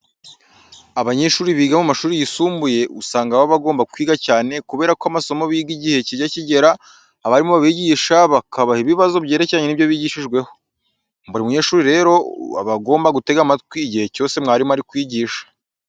Abanyeshuri biga mu mashuri yisumbuye, usanga baba bagomba kwiga cyane kubera ko amasomo biga igihe kijya kigera abarimu babigisha bakabaha ibibazo byerekeranye n'ibyo bigishijweho. Buri munyeshuri rero, aba agomba gutega amatwi igihe cyose mwarimu ari kwigisha.